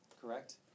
Correct